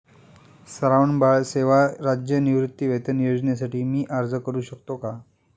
श्रावणबाळ सेवा राज्य निवृत्तीवेतन योजनेसाठी मी अर्ज करू शकतो का?